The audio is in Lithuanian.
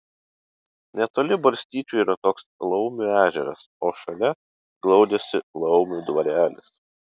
netoli barstyčių yra toks laumių ežeras o šalia glaudėsi laumių dvarelis